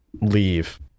leave